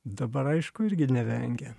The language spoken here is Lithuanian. dabar aišku irgi nevengia